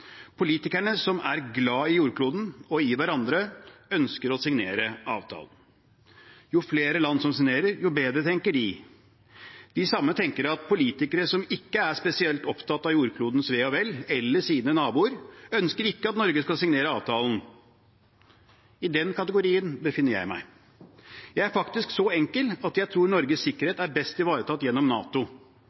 Politikerne som er glad i jordkloden og i hverandre, ønsker å signere avtalen. Jo flere land som signerer, jo bedre, tenker de. De samme tenker at politikere som ikke er spesielt opptatt av jordklodens ve og vel eller sine naboer, ønsker ikke at Norge skal signere avtalen. I den kategorien befinner jeg meg. Jeg er faktisk så enkel at jeg tror Norges sikkerhet er best ivaretatt gjennom NATO.